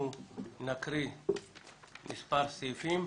אנחנו נקרא מספר סעיפים,